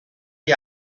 ich